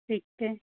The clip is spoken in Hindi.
ठीक है